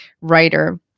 writer